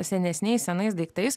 senesniais senais daiktais